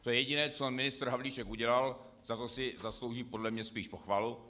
To je jediné, co ministr Havlíček udělal, za to si zaslouží podle mě spíš pochvalu.